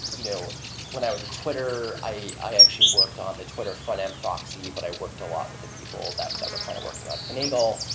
you know when i was twitter, i i actually worked on the twitter front-end proxy, but i worked a lot with the people that that were kinda kind of working on finagle.